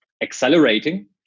accelerating